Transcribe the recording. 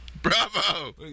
Bravo